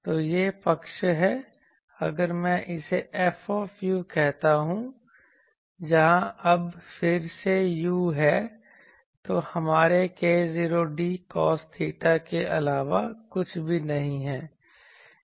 तो यह पक्ष है अगर मैं इसे F कहता हूं जहां अब फिर से u है तो हमारे k0d कोस थीटा के अलावा कुछ भी नहीं है